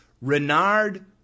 Renard